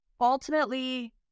Ultimately